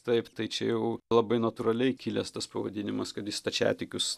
taip tai čia jau labai natūraliai kilęs tas pavadinimas kad jis stačiatikius